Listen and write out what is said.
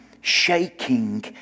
shaking